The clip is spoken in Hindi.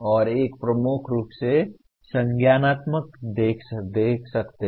और एक प्रमुख रूप से संज्ञानात्मक देख सकता है